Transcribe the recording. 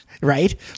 Right